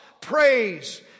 praise